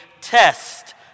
test